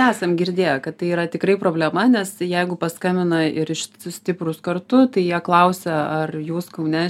esam girdėję kad tai yra tikrai problema nes jeigu paskambina ir iš stiprūs kartu tai jie klausia ar jūs kaune